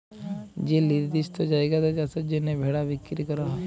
যে লিরদিষ্ট জায়গাতে চাষের জ্যনহে ভেড়া বিক্কিরি ক্যরা হ্যয়